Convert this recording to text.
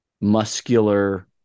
muscular